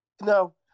No